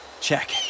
check